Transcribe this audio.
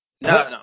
No